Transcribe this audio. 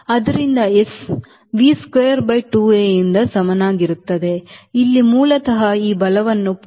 ಆದ್ದರಿಂದ s V square by 2a ಯಿಂದ ಸಮನಾಗಿರುತ್ತದೆ ಇಲ್ಲಿ ಮೂಲತಃ ಈ ಬಲವನ್ನು 0